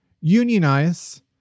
Unionize